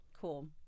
Cool